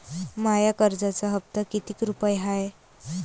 माया कर्जाचा हप्ता कितीक रुपये हाय?